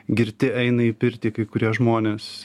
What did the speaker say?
girti eina į pirtį kai kurie žmonės